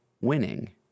winning